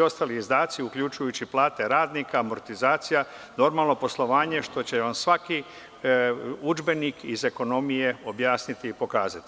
ostali izdaci, uključujući plate radnika, amortizacija, normalno poslovanje, što će vam svaki udžbenik iz ekonomije objasniti i pokazati.